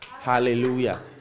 hallelujah